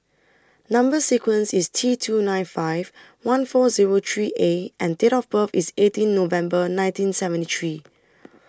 Number sequence IS T two nine five one four Zero three A and Date of birth IS eighteen November nineteen seventy three